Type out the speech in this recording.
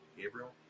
Gabriel